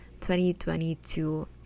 2022